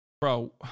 Bro